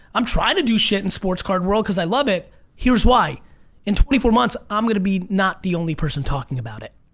i'm trying to do shit in sports card world cause i love it here's why in twenty four months i'm gonna be not the only person talking about it